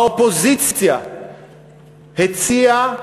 האופוזיציה הציעה